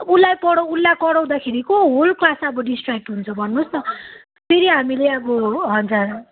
उसलाई पढाउँ उसलाई कराउँदाखेरिको होल क्लास अब डिस्ट्र्याक्ट हुन्छ भन्नु होस् न फेरि हामीले अब हजुर